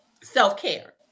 Self-care